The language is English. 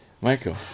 Michael